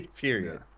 period